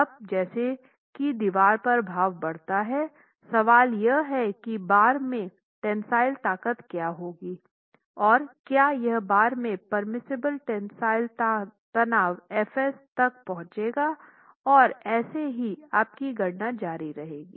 अब जैसे की दीवार पर भार बढ़ जाता है सवाल यह है कि बार में टेंसिल ताकत क्या होगी और क्या यह बार के पेर्मिसिबल टेंसाइल तनाव Fs तक पहुँचेगा और ऐसे ही आपकी गणना जारी रहेगी